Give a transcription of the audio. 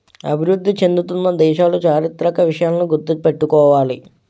అభివృద్ధి చెందుతున్న దేశాలు చారిత్రక విషయాలను గుర్తు పెట్టుకోవాలి